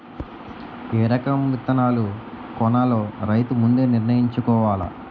ఏ రకం విత్తనాలు కొనాలో రైతు ముందే నిర్ణయించుకోవాల